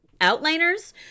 outliners